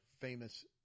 famous